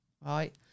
right